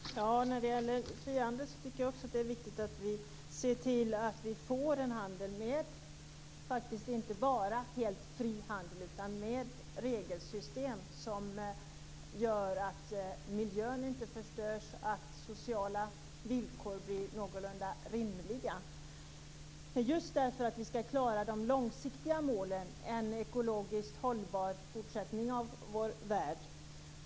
Fru talman! När det gäller frihandel tycker också jag att det är viktigt att inte bara få en helt fri handel utan också ett regelsystem som gör att miljön inte förstörs och att sociala villkor blir någorlunda rimliga. Vi måste klara det långsiktiga målet, en ekologiskt hållbar fortsättning av vår värld.